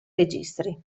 registri